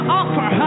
offer